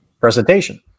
presentation